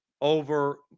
over